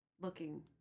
looking